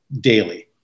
daily